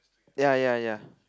ya ya ya